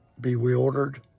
bewildered